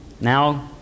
Now